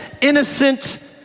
innocent